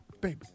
Baby